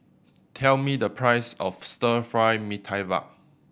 tell me the price of Stir Fry Mee Tai Mak